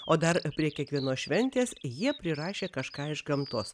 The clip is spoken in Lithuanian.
o dar prie kiekvienos šventės jie prirašė kažką iš gamtos